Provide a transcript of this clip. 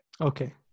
Okay